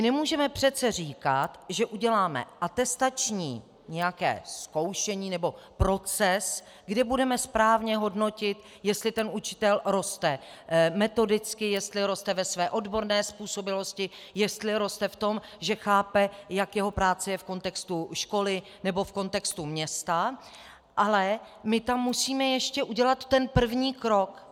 Nemůžeme přece říkat, že uděláme nějaké atestační zkoušení nebo proces, kde budeme správně hodnotit, jestli učitel roste metodicky, jestli roste ve své odborné způsobilosti, jestli roste v tom, že chápe, jak jeho práce je v kontextu školy nebo v kontextu města, ale musíme tam ještě udělat ten první krok.